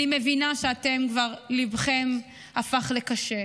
אני מבינה שליבכם כבר הפך לקשה,